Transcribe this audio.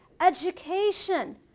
education